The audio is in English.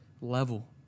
level